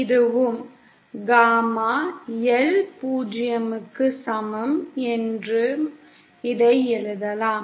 இதுவும் gamma L 0 க்கு சமம் என்றும் இதை எழுதலாம்